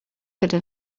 gyda